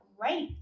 great